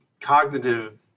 Cognitive